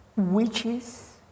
Witches